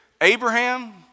Abraham